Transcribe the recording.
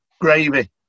gravy